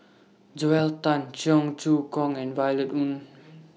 Joel Tan Cheong Choong Kong and Violet Oon